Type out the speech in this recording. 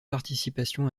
participation